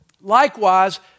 Likewise